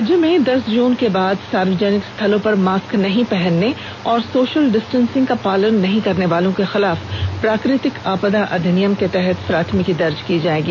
राज्य में दस जुन के बाद सार्वजनिक स्थलों पर मास्क नहीं पहनने और सोशल डिस्टेंसिंग का पालन नहीं करने वालों के खिलाफ प्राकृतिक आपदा अधिनियम के तहत प्राथमिकी दर्ज की जाएगी